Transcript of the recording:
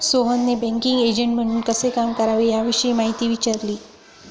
सोहेलने banking agent म्हणून कसे काम करावे याविषयी माहिती विचारली